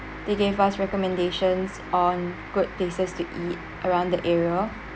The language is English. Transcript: they gave us recommendations on good places to eat around the area